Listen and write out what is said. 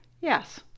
Yes